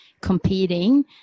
competing